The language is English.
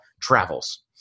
travels